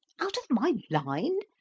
out of my line?